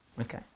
okay